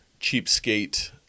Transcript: cheapskate